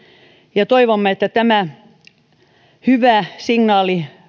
ja toivomme että tämä hyvä signaali